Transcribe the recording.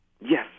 Yes